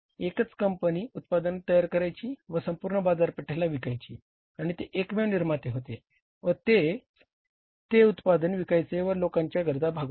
एकच कंपनी उत्पादन करायची व संपूर्ण बाजारपेठेला विकायची आणि ते एकमेव निर्माते होते व ते तेच तेच उत्पादन विकायचे व लोकांच्या गरजा भागवायचे